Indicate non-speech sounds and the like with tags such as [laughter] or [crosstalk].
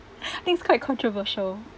[laughs] I think it's quite controversial